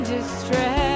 Distress